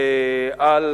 על